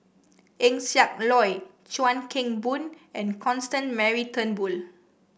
Eng Siak Loy Chuan Keng Boon and Constance Mary Turnbull